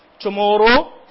Tomorrow